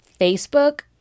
Facebook